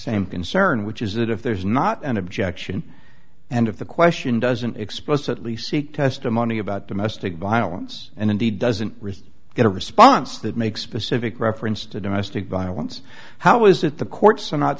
same concern which is that if there's not an objection and if the question doesn't explicitly seek testimony about domestic violence and indeed doesn't really get a response that makes specific reference to domestic violence how is that the courts are not